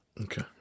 Okay